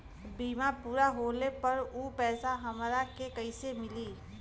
बीमा पूरा होले पर उ पैसा हमरा के कईसे मिली?